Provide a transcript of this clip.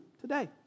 today